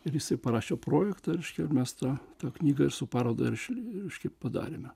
ir jisai parašė projektą reiškia mes tą knygą su paroda reiš reiškia padarėme